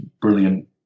brilliant